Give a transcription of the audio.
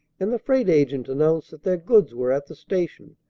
and the freight agent announced that their goods were at the station,